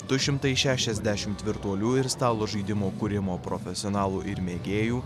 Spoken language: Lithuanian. du šimtai šešiasdešimt virtualių ir stalo žaidimų kūrimo profesionalų ir mėgėjų